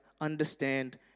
understand